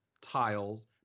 tiles